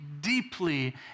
deeply